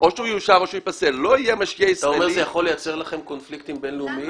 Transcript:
אתה אומר שזה יכול לייצר לכם קונפליקטים בינלאומיים?